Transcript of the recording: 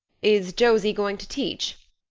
is josie going to teach?